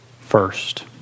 first